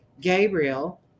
Gabriel